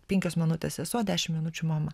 penkios minutės sesuo dešimt minučių mama